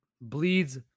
bleeds